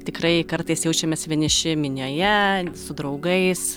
tikrai kartais jaučiamės vieniši minioje su draugais